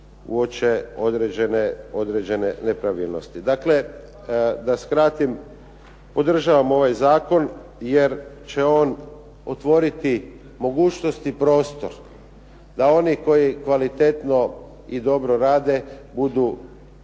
uoče određene nepravilnosti. Dakle, da skratim, podržavam ovaj zakon, jer će on otvoriti mogućnost i prostor da oni koji kvalitetno i dobro rade budu